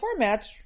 formats